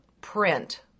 print